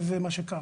וזה מה שקרה,